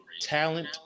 talent